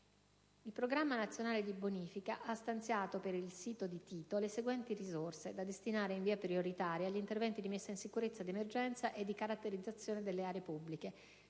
Il Programma nazionale di bonifica ha stanziato per il sito di Tito le seguenti risorse, da destinare in via prioritaria agli interventi di messa in sicurezza d'emergenza e di caratterizzazione delle aree pubbliche,